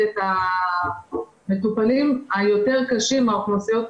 הסיבה הייתה גם בגלל שהמחלקה הייתה משולבת עם